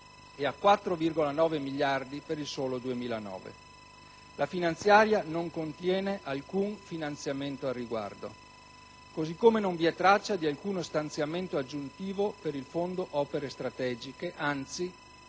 e a 4,9 miliardi per il solo 2009. Il disegno di legge finanziaria non contiene alcun finanziamento al riguardo, così come non vi è traccia di alcuno stanziamento aggiuntivo per il Fondo opere strategiche; anzi,